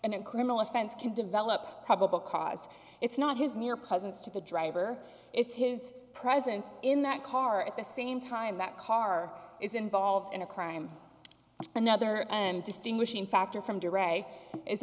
and criminal offense can develop probable cause it's not his near presence to be a driver it's his presence in that car at the same time that car is involved in a crime another distinguishing factor from dereck i